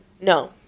No